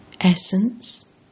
Essence